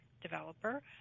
developer